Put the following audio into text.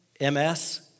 MS